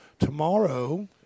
Tomorrow